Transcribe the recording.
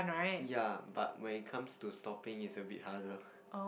ya but when it comes to stopping it's a bit harder